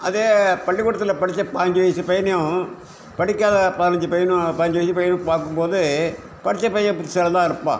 அதே பள்ளிக்கூடத்தில் படிச்ச பயஞ்சு வயசு பையனையும் படிக்காத பதினஞ்சு பையனும் பயஞ்சு வயசு பையனும் பார்க்கும் போது படிச்ச பையன் புத்திசாலியாக தான் இருப்பான்